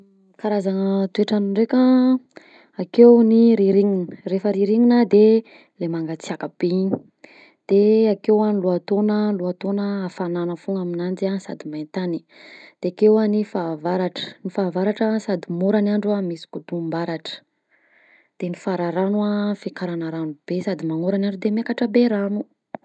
Karazana toetr'andro ndraika: akeo ny rirignina, refa rirignina de le mangatsiàka be igny, de akeo a ny lohataogna, ny lohataogna hafagnana foagna amignanjy an sady main-tany, de akeo a ny fahavaratra, ny fahavaratra no sady moragn'andro a misy kodoam-baratra, de ny fararano an, fiakarana rano be sady magnoragn'andro de miakatra be ny rano.